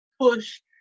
Push